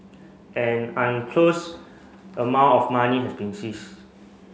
an unclosed amount of money has been seized